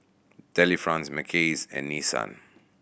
Delifrance Mackays and Nissan